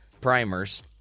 primers